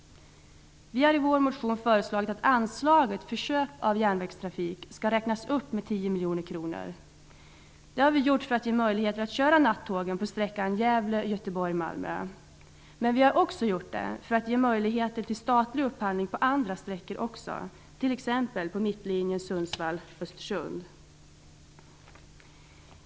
Vi har i vår motion föreslagit att anslaget för köp av järnvägstrafik skall räknas upp med tio miljoner kronor. Det har vi gjort för att ge möjligheter att köra nattågen på sträckan Gävle-- Göteborg--Malmö. Vi har också gjort det för att ge möjligheter till statlig upphandling även på andra sträckor, t.ex. på Mittlinjen Sundsvall--Östersund.